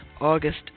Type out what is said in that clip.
August